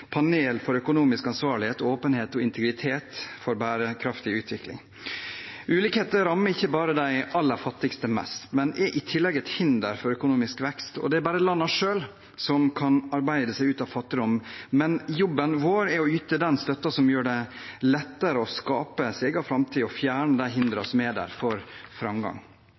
panel for økonomisk ansvarlighet, åpenhet og integritet for bærekraftig utvikling. Ulikhet rammer ikke bare de aller fattigste mest, men er i tillegg et hinder for økonomisk vekst. Det er bare landene selv som kan arbeide seg ut av fattigdom, men jobben vår er å yte den støtten som gjør det lettere å skape sin egen framtid og fjerne de hindrene for framgang som er der.